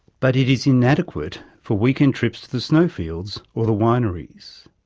but it's inadequate for weekend trips to the snow fields or the wineries.